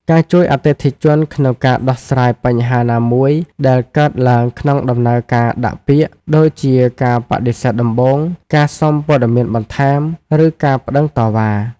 ការជួយអតិថិជនក្នុងការដោះស្រាយបញ្ហាណាមួយដែលកើតឡើងក្នុងដំណើរការដាក់ពាក្យ ដូចជាការបដិសេធដំបូង ការសុំព័ត៌មានបន្ថែម ឬការប្តឹងតវ៉ា។